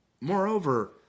moreover